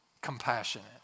compassionate